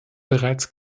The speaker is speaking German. bereits